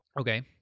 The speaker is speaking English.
Okay